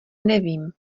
nevím